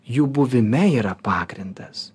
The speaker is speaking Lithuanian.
jų buvime yra pagrindas